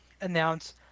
announce